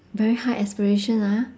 very high aspiration ah